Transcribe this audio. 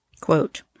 quote